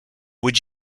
would